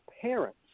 parents